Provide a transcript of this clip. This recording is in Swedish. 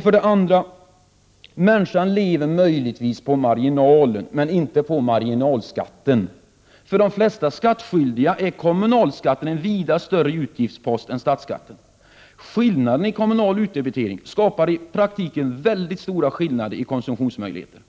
För det andra: Människan lever möjligen på marginalen men inte på marginalskatten. För de flesta skattskyldiga är kommunalskatten en vida större utgiftspost än statsskatten. Skillnaderna i kommunal utdebitering skapar i praktiken mycket stora skillnader i konsumtionsmöjligheter.